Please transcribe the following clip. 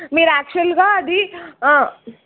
మీరు యాక్చువల్గా అది